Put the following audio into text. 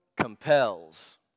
compels